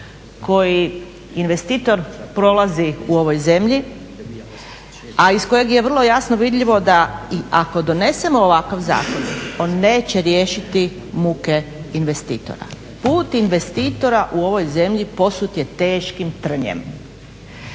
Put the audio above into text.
koji investitor prolazi u ovoj zemlji, a iz kojeg je vrlo jasno vidljivo da i ako donesemo ovakav zakon on neće riješiti muke investitora. Put investitora u ovoj zemlji posut je teškim trnjem.